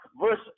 Verse